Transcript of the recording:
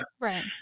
right